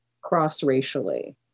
cross-racially